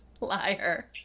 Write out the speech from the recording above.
liar